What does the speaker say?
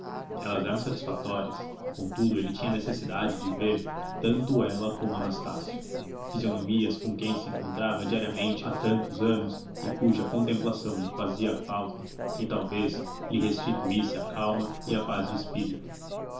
elas satisfatórias contudo ele tinha necessidade de ver tanto ela como o anastácio fisionomias com quem se encontrava diariamente há tantos anos e cuja contemplação lhe fazia falta e talvez lhe restituísse a calma e a paz de espírito